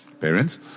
Parents